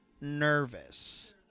nervous